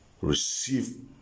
receive